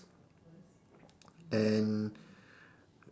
and